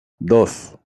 dos